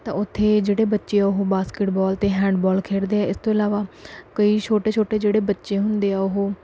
ਤਾਂ ਉੱਥੇ ਜਿਹੜੇ ਬੱਚੇ ਆ ਉਹ ਬਾਸਕਿਟਬੋਲ ਅਤੇ ਹੈਂਡਬਾਲ ਖੇਡਦੇ ਆ ਇਸ ਤੋਂ ਇਲਾਵਾ ਕਈ ਛੋਟੇ ਛੋਟੇ ਜਿਹੜੇ ਬੱਚੇ ਹੁੰਦੇ ਆ ਉਹ